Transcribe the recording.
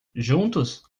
juntos